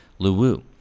Luwu